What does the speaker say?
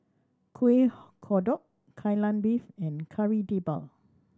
Kueh Kodok Kai Lan Beef and Kari Debal